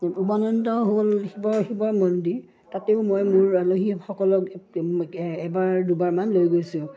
উমানন্দ হ'ল শিৱ শিৱৰ মন্দিৰ তাতেও মই মোৰ আলহীসকলক এবাৰ দুবাৰমান লৈ গৈছোঁ